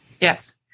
Yes